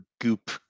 goop